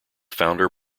founder